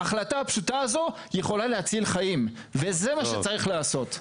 ההחלטה הפשוטה הזאת יכולה להציל חיים וזה מה שצריך לעשות.